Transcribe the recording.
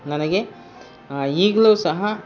ನನಗೆ ಈಗಲೂ ಸಹ